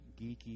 geeky